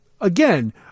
Again